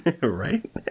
Right